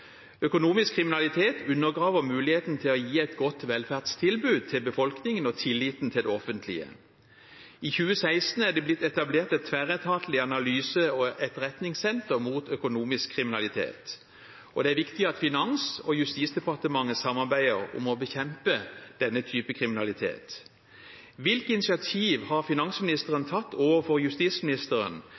Økonomisk kriminalitet undergraver muligheten til å gi et godt velferdstilbud til befolkningen – og tilliten til det offentlige. I 2016 er det blitt etablert et tverretatlig analyse- og etterretningssenter mot økonomisk kriminalitet, og det er viktig at Finansdepartementet og Justisdepartementet samarbeider om å bekjempe denne typen kriminalitet. Hvilke initiativ har finansministeren tatt overfor justisministeren